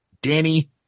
Danny